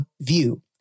view